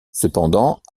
cependant